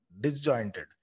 disjointed